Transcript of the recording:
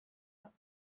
out